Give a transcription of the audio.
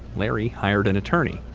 larry hired an attorney.